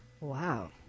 Wow